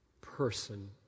person